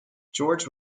george